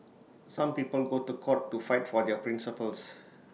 some people go to court to fight for their principles